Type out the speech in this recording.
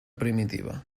primitiva